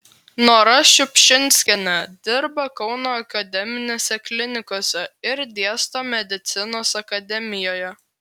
nora šiupšinskienė dirba kauno akademinėse klinikose ir dėsto medicinos akademijoje